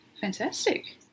Fantastic